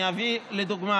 אני אביא לדוגמה,